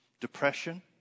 depression